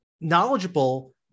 knowledgeable